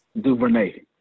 Duvernay